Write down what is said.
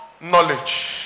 knowledge